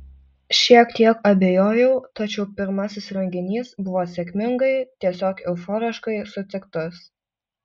šiek tiek abejojau tačiau pirmasis renginys buvo sėkmingai tiesiog euforiškai sutiktas